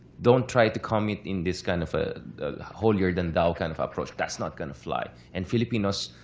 don't try to comment in this kind of ah holier than thou kind of approach. that's not going to fly. and filipinos,